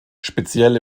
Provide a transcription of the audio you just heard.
speziell